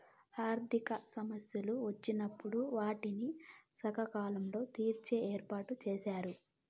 ఆర్థిక సమస్యలు వచ్చినప్పుడు వాటిని సకాలంలో తీర్చే ఏర్పాటుచేశారు